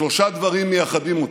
שלושה דברים מייחדים אותו: